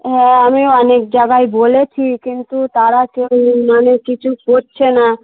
হ্যাঁ আমি অনেক জায়গায় বলেছি কিন্তু তারা কেউ মানে কিছু করছে না